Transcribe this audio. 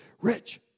Rich